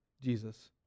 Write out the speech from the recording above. Jesus